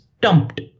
dumped